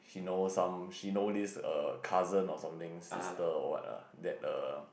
she know some she know this err cousin or something sister or what ah that err